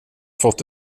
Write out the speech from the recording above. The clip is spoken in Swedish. fått